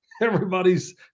everybody's